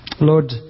Lord